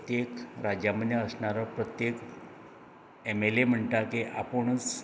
प्रत्येक राज्यां मदीं असणारो प्रत्येक एमएलए म्हणटां की आपूणच